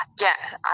Yes